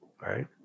right